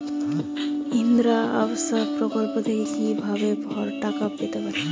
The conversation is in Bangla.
ইন্দিরা আবাস প্রকল্প থেকে কি ভাবে টাকা পেতে পারি?